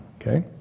okay